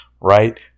right